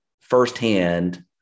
firsthand